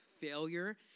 failure